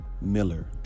Miller